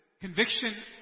Conviction